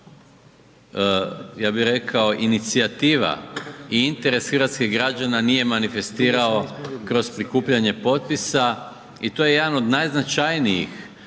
ja bi rekao inicijativa i interes hrvatskih građana nije manifestirao kroz prikupljanje potpisa i to je jedan od najznačajnijih